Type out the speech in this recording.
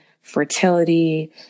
fertility